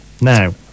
Now